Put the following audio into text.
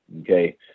okay